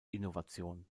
innovation